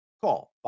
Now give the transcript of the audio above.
Call